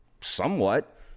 SOMEWHAT